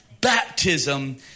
Baptism